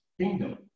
kingdom